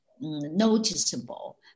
noticeable